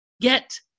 get